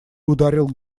ударил